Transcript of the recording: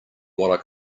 what